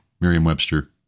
Merriam-Webster